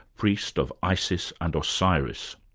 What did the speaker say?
priest of isis and osiris.